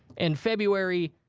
in february,